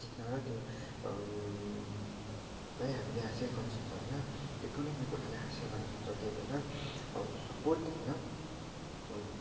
जित्न र त्यो लाई हामीले हासिल गर्न सक्छ होइन त्यो कुनै पनि कुरालाई हासिल गर्न सक्छ त्यही भएर सपोर्ट होइन